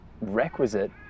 requisite